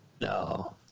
No